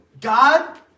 God